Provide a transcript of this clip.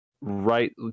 right